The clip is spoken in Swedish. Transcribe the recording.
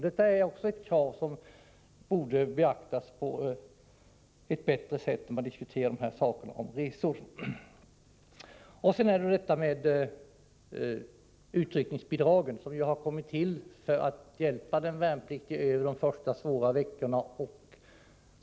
Detta borde beaktas på ett bättre sätt när man diskuterar resor. Utryckningsbidragen har kommit till för att hjälpa den värnpliktige över de första, svåra veckorna efter värnpliktstjänstgöringen.